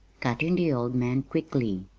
cut in the old man quickly.